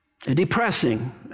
depressing